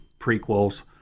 prequels